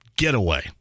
getaway